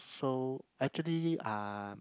so actually ah